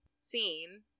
seen